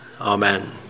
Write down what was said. amen